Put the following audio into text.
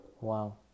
wow